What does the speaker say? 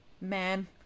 man